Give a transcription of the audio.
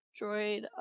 Droid